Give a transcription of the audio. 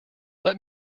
let